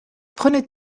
prenez